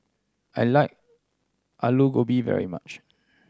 I like Alu Gobi very much